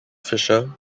fisher